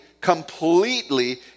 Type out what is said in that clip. completely